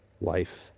life